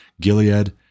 Gilead